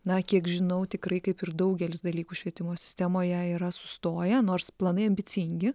na kiek žinau tikrai kaip ir daugelis dalykų švietimo sistemoje yra sustoję nors planai ambicingi